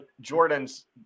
Jordan's